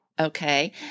Okay